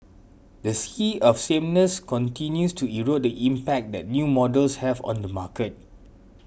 the sea of sameness continues to erode the impact that new models have on the market